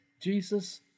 Jesus